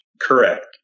Correct